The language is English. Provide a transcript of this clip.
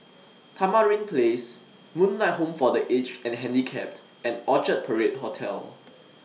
Tamarind Place Moonlight Home For The Aged and Handicapped and Orchard Parade Hotel